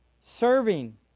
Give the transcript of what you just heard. Serving